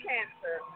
Cancer